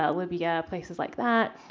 ah libya, places like that.